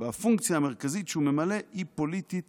והפונקציה המרכזית שהוא ממלא היא פוליטית